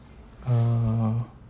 uh